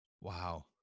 Wow